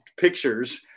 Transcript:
pictures